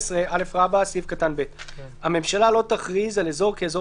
12א (ב)הממשלה לא תכריז על אזור כאזור